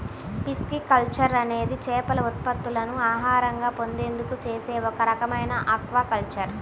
pisciculture అనేది చేపల ఉత్పత్తులను ఆహారంగా పొందేందుకు చేసే ఒక రకమైన ఆక్వాకల్చర్